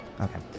Okay